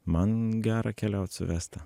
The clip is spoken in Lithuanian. man gera keliaut su vesta